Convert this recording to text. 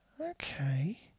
Okay